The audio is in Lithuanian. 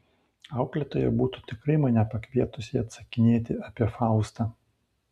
auklėtoja būtų tikrai mane pakvietusi atsakinėti apie faustą